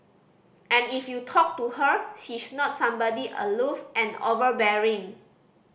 and if you talk to her she's not somebody aloof and overbearing